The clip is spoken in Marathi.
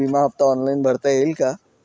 विमा हफ्ता ऑनलाईन भरता येईल का?